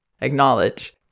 Acknowledge